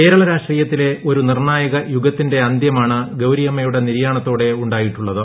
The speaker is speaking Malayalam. കേരള രാഷ്ട്രീയത്തിലെ ഒരു നിർണ്ണായക യുഗത്തിന്റെ അന്ത്യമാണ് ഗൌരിയമ്മയുടെ നിര്യാണ ത്തോടെ ഉണ്ടായിട്ടുള്ളത്